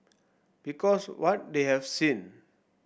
because what they have seen